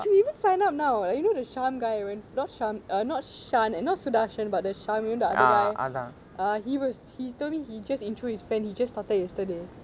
you can even sign up now like you know the shaan guy not shaan not shaan eh not sudarshan but the shaamul you know the other guy uh he was he told me he just intro his friend he just started yesterday